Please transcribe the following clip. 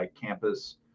campus